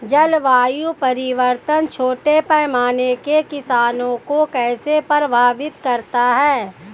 जलवायु परिवर्तन छोटे पैमाने के किसानों को कैसे प्रभावित करता है?